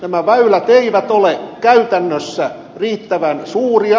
nämä väylät eivät ole käytännössä riittävän suuria